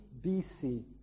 BC